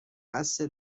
بسه